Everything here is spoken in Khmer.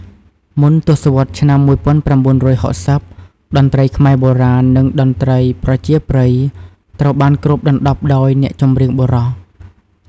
មុនទសវត្សរ៍ឆ្នាំ ១៩៦០ តន្ត្រីខ្មែរបុរាណ និងតន្ត្រីប្រជាប្រិយ ត្រូវបានគ្របដណ្ដប់ដោយអ្នកចម្រៀងប្រុស។